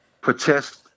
protest